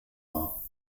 war